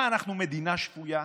מה, אנחנו מדינה שפויה?